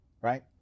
right